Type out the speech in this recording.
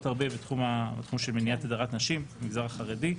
הרבה בתחום של מניעת הדרת נשים במגזר החרדי.